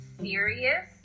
serious